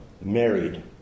married